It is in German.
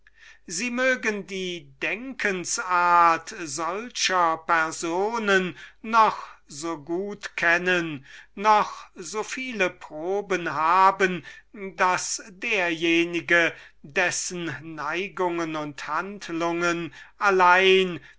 die denkens art dieser leute noch so gut kennen noch so viele proben davon haben daß derjenige dessen neigungen und handlungen allein